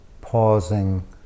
pausing